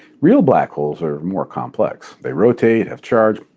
real black holes are more complex. they rotate, have charge,